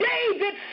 David